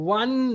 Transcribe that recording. one